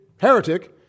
heretic